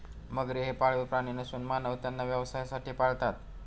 मगरी हे पाळीव प्राणी नसून मानव त्यांना व्यवसायासाठी पाळतात